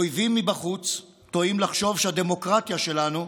אויבים מבחוץ טועים לחשוב שהדמוקרטיה שלנו,